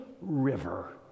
river